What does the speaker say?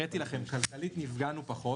הראיתי לכם שכלכלית נפגענו פחות.